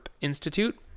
Institute